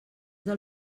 del